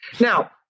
Now